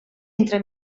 entre